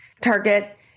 target